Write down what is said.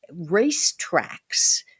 racetracks